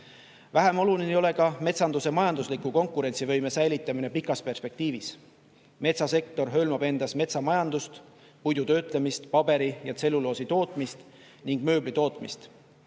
Vähem oluline ei ole ka metsanduse majandusliku konkurentsivõime säilitamine pikas perspektiivis. Metsasektor hõlmab endas metsamajandust, puidu töötlemist, paberi ja tselluloosi tootmist ning mööbli tootmist.